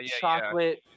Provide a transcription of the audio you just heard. chocolate